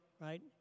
right